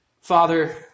Father